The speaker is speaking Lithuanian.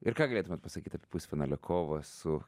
ir ką galėtumėt pasakyt apie pusfinalio kovą su